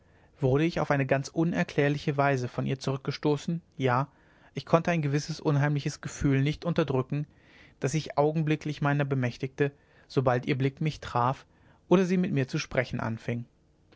wurde ich auf ganz unerklärliche weise von ihr zurückgestoßen ja ich konnte ein gewisses unheimliches gefühl nicht unterdrücken das sich augenblicklich meiner bemächtigte sobald ihr blick mich traf oder sie mit mir zu sprechen anfing